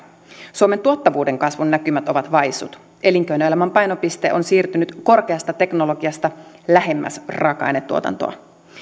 suomen tuottavuuden kasvun näkymät ovat vaisut elinkeinoelämän painopiste on siirtynyt korkeasta teknologiasta lähemmäs raaka ainetuotantoa